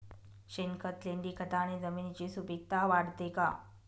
शेणखत, लेंडीखताने जमिनीची सुपिकता वाढते का?